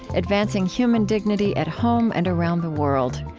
advancing human dignity at home and around the world.